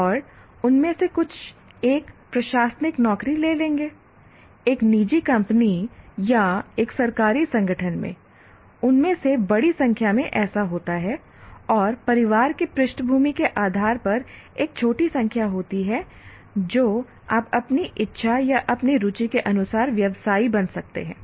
और उनमें से कुछ एक प्रशासनिक नौकरी ले लेंगे एक निजी कंपनी या एक सरकारी संगठन में उनमें से बड़ी संख्या में ऐसा होता है और परिवार की पृष्ठभूमि के आधार पर एक छोटी संख्या होती है जो आप अपनी इच्छा या अपनी रुचि के अनुसार व्यवसायी बन सकते हैं